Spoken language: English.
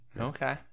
Okay